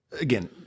again